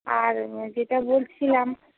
আর যেটা বলছিলাম